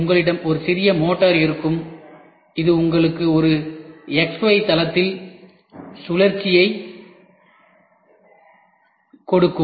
உங்களிடம் ஒரு சிறிய மோட்டார் இருக்கும் இது உங்களுக்கு ஒரு 'xy' தளத்தின் சுழற்சியைக் கொடுக்கும்